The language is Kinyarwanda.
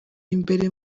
imbere